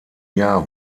jahr